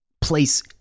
place